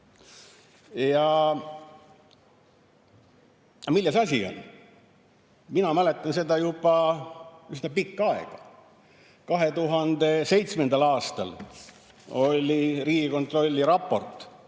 Milles asi on? Mina mäletan seda juba üsna ammust aega, kui 2007. aastal oli Riigikontrolli raport